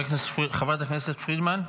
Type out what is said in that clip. חברת הכנסת פרידמן,